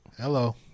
Hello